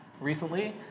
recently